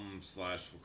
slash